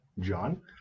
John